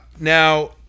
Now